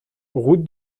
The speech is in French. route